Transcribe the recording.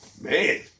Man